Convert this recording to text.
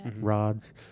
rods